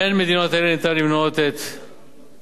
בין המדינות האלה אפשר למנות את איסלנד,